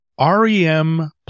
REM